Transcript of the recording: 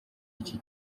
iki